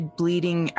bleeding